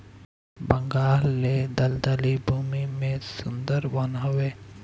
बंगाल ले दलदली भूमि में सुंदर वन हवे